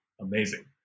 amazing